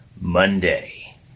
Monday